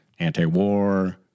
anti-war